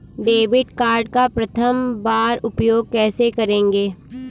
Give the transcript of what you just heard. Debit card का प्रथम बार उपयोग कैसे करेंगे?